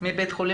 בינתיים,